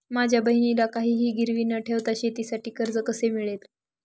माझ्या बहिणीला काहिही गिरवी न ठेवता शेतीसाठी कर्ज कसे मिळेल?